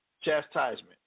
chastisement